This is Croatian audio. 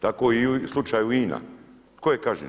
Tako i u slučaju INA, tko je kažnjen?